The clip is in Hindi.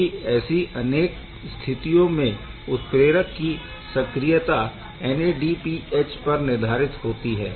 क्योंकि ऐसी अनेक स्थितियों में उत्प्रेरक की सक्रियता NADPH पर निर्भर होती है